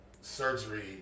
surgery